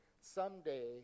someday